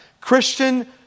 Christian